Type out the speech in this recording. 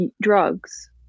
drugs